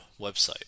website